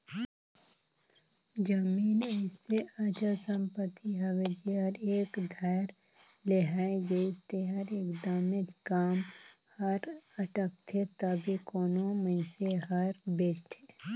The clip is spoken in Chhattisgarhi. जमीन अइसे अचल संपत्ति हवे जेहर एक धाएर लेहाए गइस तेकर एकदमे काम हर अटकथे तबेच कोनो मइनसे हर बेंचथे